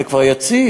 זה כבר יציב,